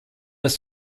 ist